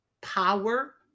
power